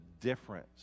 difference